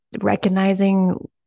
recognizing